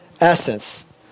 essence